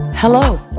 Hello